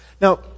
Now